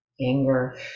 anger